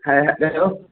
ഹ hello